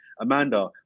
Amanda